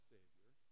Savior